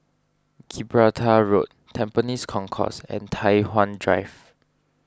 Gibraltar Road Tampines Concourse and Tai Hwan Drive